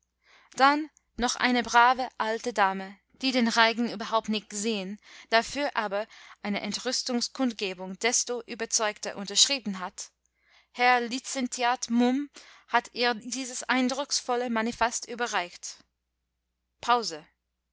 dann noch eine brave alte dame die den reigen überhaupt nicht gesehen dafür aber eine entrüstungskundgebung desto überzeugter unterschrieben hat herr lizentiat mumm hat ihr dieses eindrucksvolle manifest überreicht pause